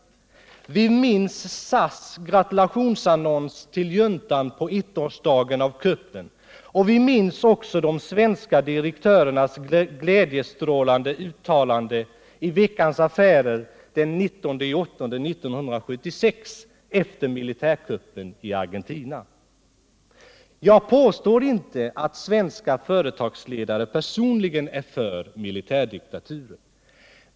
Vi minns SAS gratulationsannons till juntan på ettårsdagen av kuppen och vi minns också de svenska direktörernas glädjestrålande uttalanden i Veckans Affärer den 19 augusti. 1976 efter militärkuppen i Argentina. Jag påstår inte att svenska företagsledare personligen är för militärdiktaturer.